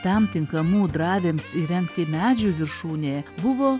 tam tinkamų dravėms įrengti medžių viršūnė buvo